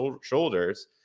shoulders